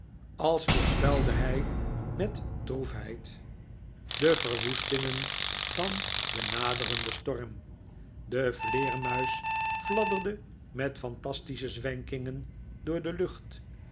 als voorspelde hij met nikolaas nickleby droefheid de verwoestingen van den naderenden storm de vleermuis fladderde met fantastische zwenkingen door de lucht